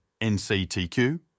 NCTQ